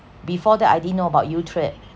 before that I didn't know about YouTrip